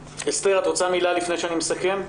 אסתר, את רוצה מילה לפני שאני מסכם?